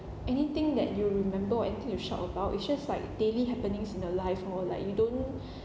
anything that you remember anything you shout about it's just like daily happenings in your life or like you don't